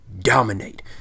Dominate